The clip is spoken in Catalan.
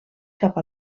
cap